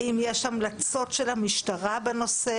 האם יש המלצות של המשטרה בנושא?